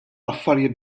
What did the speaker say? affarijiet